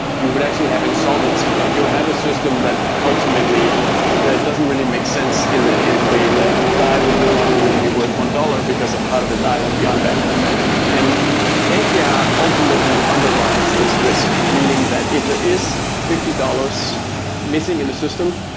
you would actually have insolvency, right? you ah have a system that ultimately doesn't really make sense in the in the way that dai would no longer really be worth one dollars, because a part of the dai would be unbacked and mkr ultimately underwrites this risk. meaning that if there is fifty dollars missing in a system,